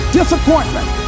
disappointment